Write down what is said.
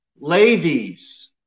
ladies